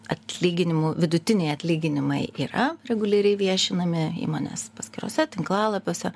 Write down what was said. atlyginimų vidutiniai atlyginimai yra reguliariai viešinami įmonės paskyrose tinklalapiuose